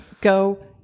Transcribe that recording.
go